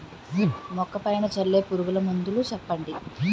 మొక్క పైన చల్లే పురుగు మందులు చెప్పండి?